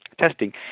testing